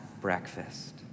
breakfast